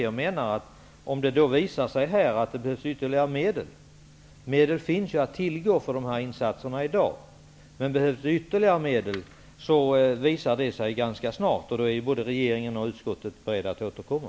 Jag menar att om ytterligare medel behövs -- medel finns ju att tillgå i dag -- visar det sig ganska snart. Både regeringen och utskottet är då beredda att återkomma.